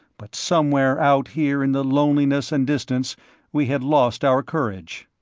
but somewhere out here in the loneliness and distance we had lost our courage.